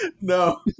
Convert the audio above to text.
No